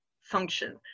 function